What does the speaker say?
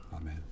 Amen